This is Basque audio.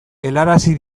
helarazi